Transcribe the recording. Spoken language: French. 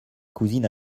cousine